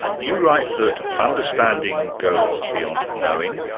you write that understanding goes beyond knowing,